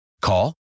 Call